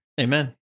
Amen